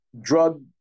drug